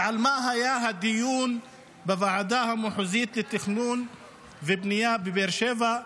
ועל מה היה הדיון בוועדה המחוזית לתכנון ובניה בבאר שבע?